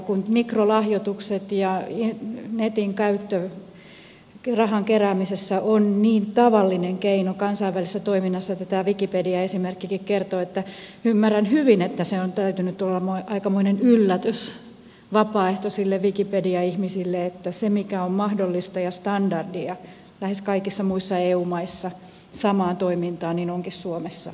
kun mikrolahjoitukset ja netin käyttö rahan keräämisessä ovat niin tavallisia keinoja kansainvälisessä toiminnassa niin kuin tämä wikipedia esimerkkikin kertoo niin ymmärrän hyvin että sen on täytynyt olla aikamoinen yllätys vapaaehtoisille wikipedia ihmisille että se mikä on mahdollista ja standardia lähes kaikissa muissa eu maissa samaa toimintaa onkin suomessa kiellettyä